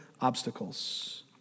obstacles